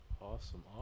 awesome